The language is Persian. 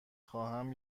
خواهم